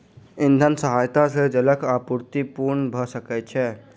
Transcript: इंधनक सहायता सॅ जलक आपूर्ति पूर्ण भ सकै छै